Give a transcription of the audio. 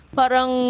parang